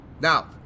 Now